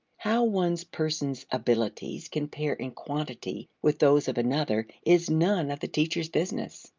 how one person's abilities compare in quantity with those of another is none of the teacher's business.